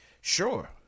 sure